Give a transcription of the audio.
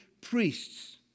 priests